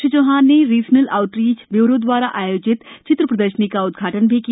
श्री चौहान ने regional outreach ब्यूरोभोपाल द्वारा आयोजित चित्र प्रदर्शनी का उद्घाटन भी किया